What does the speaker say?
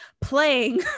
playing